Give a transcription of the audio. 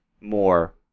more